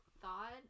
thought